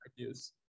ideas